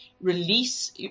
release